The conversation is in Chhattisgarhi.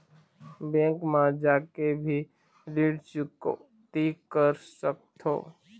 बैंक मा जाके भी ऋण चुकौती कर सकथों?